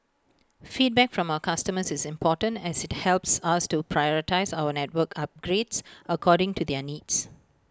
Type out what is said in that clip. feedback from our customers is important as IT helps us to prioritise our network upgrades according to their needs